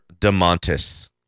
Demontis